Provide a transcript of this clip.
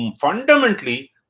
fundamentally